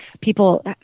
people